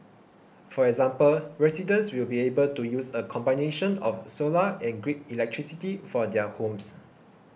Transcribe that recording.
for example residents will be able to use a combination of solar and grid electricity for their homes